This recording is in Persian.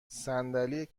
صندلی